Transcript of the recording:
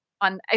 on